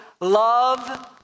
love